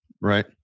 right